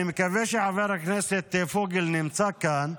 אני מקווה שחבר הכנסת פוגל נמצא כאן,